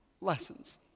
lessons